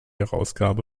herausgabe